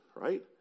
right